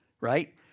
right